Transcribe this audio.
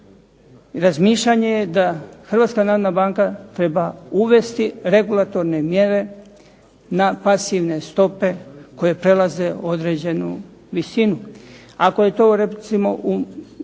Razmišljanje je da Hrvatska narodna banka treba uvesti regulatorne mjere, stopu obvezne pričuve na